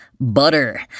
Butter